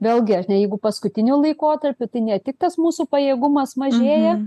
vėlgi ar ne jeigu paskutiniu laikotarpiu tai ne tik tas mūsų pajėgumas mažėja